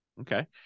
Okay